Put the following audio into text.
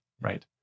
right